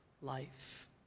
life